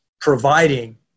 providing